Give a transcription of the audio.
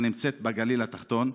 הנמצאת בגליל התחתון,